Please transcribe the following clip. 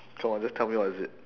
come on just tell me what is it